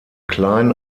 klein